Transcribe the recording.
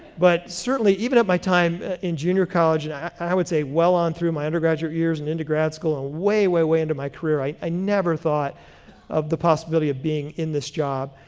but certainly even at my time in junior college and i i would say well on through my undergraduate years and into grad school ah and way, way into my career, i i never thought of the possibility of being in this job.